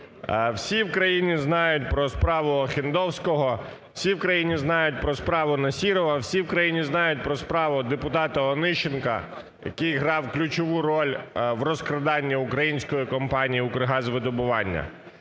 Всі в країні знають про справу Охендовського, всі в країні знають про справу Насірова, всі в країні знають про справу депутата Онищенка, який грав ключову роль в розкраданні української компанії "Укргазвидобування".